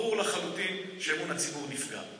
ברור לחלוטין שאמון הציבור נפגע.